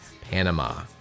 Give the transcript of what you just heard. Panama